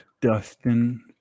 Dustin